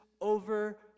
over